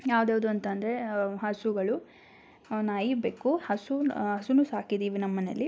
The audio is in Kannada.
ಯಾವ್ದ್ಯಾವುದು ಅಂತಂದರೆ ಹಸುಗಳು ನಾಯಿ ಬೆಕ್ಕು ಹಸು ಹಸುನೂ ಸಾಕಿದೀವಿ ನಮ್ಮ ಮನೇಲಿ